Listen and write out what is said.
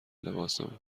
لباسمون